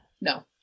no